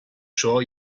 sure